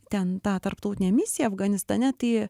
ten tą tarptautinę misiją afganistane tai